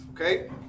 okay